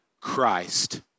Christ